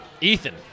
Ethan